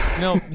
No